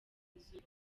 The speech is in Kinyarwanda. izuba